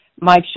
mike